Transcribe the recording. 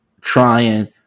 trying